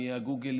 מגוגל,